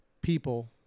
people